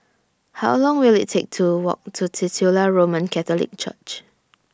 How Long Will IT Take to Walk to Titular Roman Catholic Church